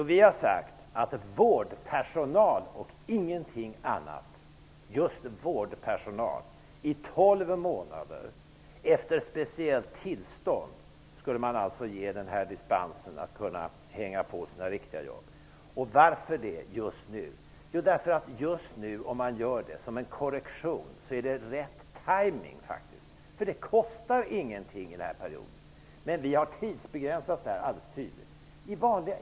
Vi har sagt att man efter speciellt tillstånd skulle kunna ge just vårdpersonal dispens att hänga kvar på sina riktiga jobb i tolv månader. Varför skall det göras just nu? Om man gör det som en korrektion är det faktiskt rätt timing. Det kostar ingenting under denna period. Vi har alldeles tydligt tidsbegränsats.